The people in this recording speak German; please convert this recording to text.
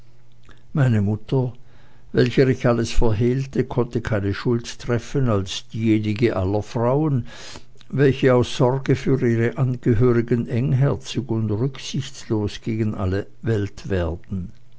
meine mutter welcher ich alles verhehlte konnte keine schuld treffen als diejenige aller frauen welche aus sorge für ihre angehörigen engherzig und rücksichtslos gegen alle welt werden